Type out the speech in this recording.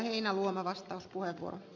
arvoisa puhemies